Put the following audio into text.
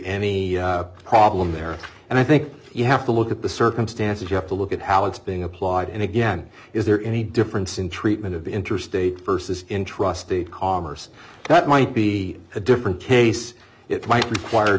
any problem there and i think you have to look at the circumstances you have to look at how it's being applied and again is there any difference in treatment of interstate versus intrusted commerce that might be a different case it might require